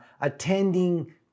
attending